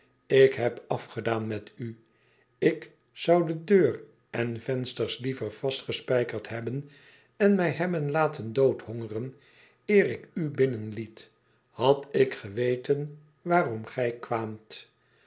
ik heb afgedaan met u ik zou deur en vensters liever vastgespijkerd hebben en mij hebben laten doodhongeren eer ik u binnenliet had ik weten waarom gij kwaamt